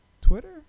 Twitter